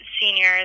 seniors